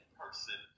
person